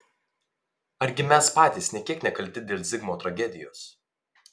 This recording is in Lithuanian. argi mes patys nė kiek nekalti dėl zigmo tragedijos